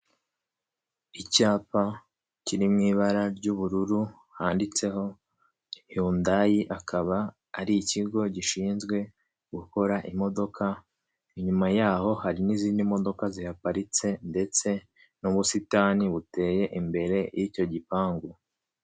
Icyapa kiri mu ibara ry'ubururu handitseho Hyundai, akaba ari ikigo gishinzwe gukora imodoka, inyuma yaho hari n'izindi modoka zihaparitse ndetse n'ubusitani buteye imbere y'icyo gipangu.